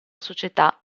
società